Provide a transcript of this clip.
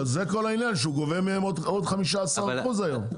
אבל זה כל העניין, שהוא גובה מהם עוד 15% היום.